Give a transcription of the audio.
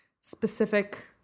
specific